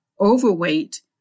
overweight